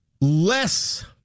less